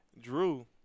Drew